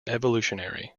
evolutionary